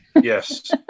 Yes